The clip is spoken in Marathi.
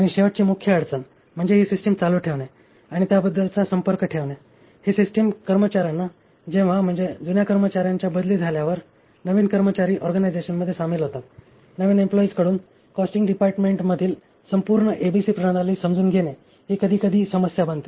आणि शेवटची मुख्य अडचण म्हणजे ही सिस्टिम चालू ठेवणे आणि त्याबद्दलचा संपर्क ठेवणे ही सिस्टिम कर्मचार्यांना जेव्हा म्हणजे जुन्या कर्मचार्यांच्या बदली झाल्यावर नवीन कर्मचारी ऑर्गनायझेशनमध्ये सामील होतात नवीन एम्प्लॉयीज कडून कॉस्टिंग डिपार्टमें मधील संपूर्ण एबीसी प्रणाली समजून घेणे ही कधीकधी समस्या बनते